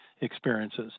experiences